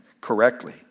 correctly